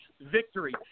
victory